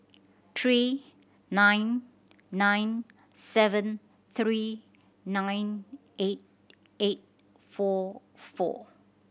three nine nine seven three nine eight eight four four